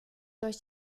durch